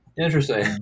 interesting